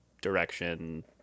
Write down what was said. direction